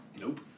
Nope